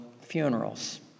funerals